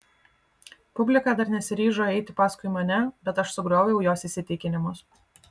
publika dar nesiryžo eiti paskui mane bet aš sugrioviau jos įsitikinimus